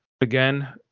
again